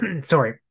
Sorry